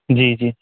जी जी